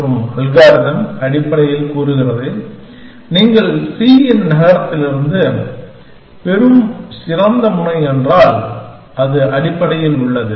மற்றும் அல்காரிதம் அடிப்படையில் கூறுகிறது நீங்கள் c இன் நகர்த்தலிலிருந்து பெறும் சிறந்த முனை என்றால் அது அடிப்படையில் உள்ளது